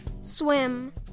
swim